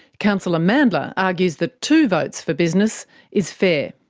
councillor mandla argues that two votes for business is fair.